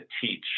teach